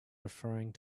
referring